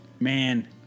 Man